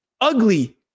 ugly